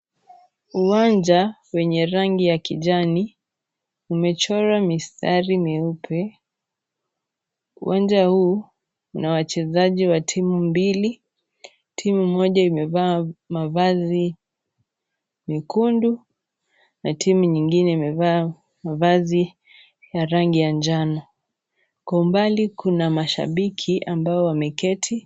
Uwanja wenye rangi ya kijani umechorwa mistari meupe. Uwanja huu na wachezaji wa timu mbili, timu moja imevaa mavazi mekundu na timu nyingine imevaa mavazi ya rangi ya njano. Kwa umbali kuna mashabiki ambao wameketi.